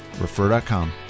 refer.com